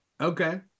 Okay